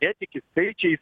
netiki skaičiais